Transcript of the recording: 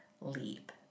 leap